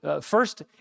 first